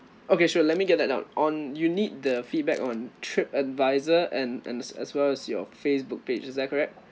okay sure let me get that down on you need the feedback on trip advisor and and as well as your facebook page is that correct